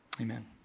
amen